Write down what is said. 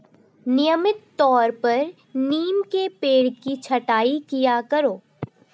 नियमित तौर पर नीम के पेड़ की छटाई किया करो